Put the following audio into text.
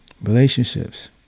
relationships